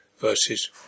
verses